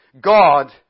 God